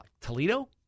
Toledo